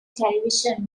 television